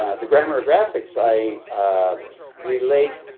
the grammar of graphics i relate,